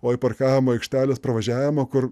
o į parkavimo aikštelės pravažiavimą kur